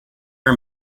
are